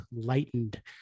lightened